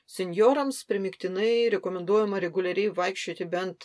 senjorams primygtinai rekomenduojama reguliariai vaikščioti bent